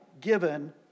given